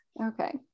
Okay